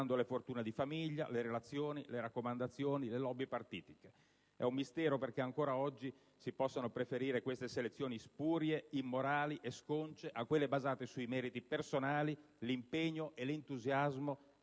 le fortune di famiglie, le relazioni, le raccomandazioni, le *lobby* partitiche. È un mistero perché ancora oggi si possano preferire queste selezioni spurie, immorali e sconce a quelle basate sui meriti personali, sull'impegno e l'entusiasmo